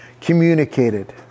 communicated